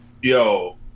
yo